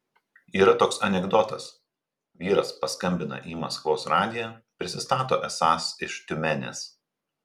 yra toks anekdotas vyras paskambina į maskvos radiją prisistato esąs iš tiumenės